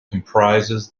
comprises